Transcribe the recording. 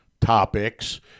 topics